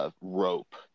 rope